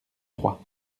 trois